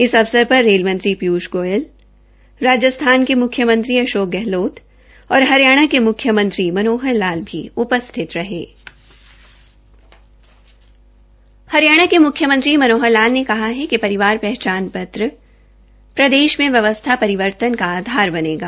इस अवसर पर रेलमंत्री पीयूष गोयल राजस्थान के मुख्यमंत्री अशोक गहलोत और हरियाणा के म्ख्यमंत्री मनोहर लाल उपस्थित थे हरियाणा के मुख्यमंत्री श्री मनोहर लाल ने कहा है कि परिवार पहचान पत्र प्रदेश में व्यवस्था परिवर्तन का आधार बनेगा